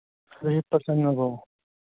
ꯍꯤꯞꯄ ꯆꯪꯉꯕꯣ